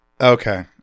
Okay